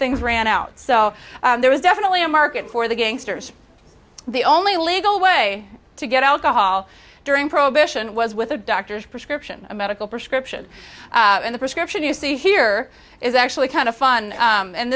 things ran out so there was definitely a market for the gangsters the only legal way to get alcohol during prohibition was with a doctor's prescription a medical prescription and the prescription you see here is actually kind of fun